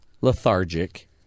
lethargic